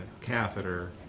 catheter